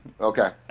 Okay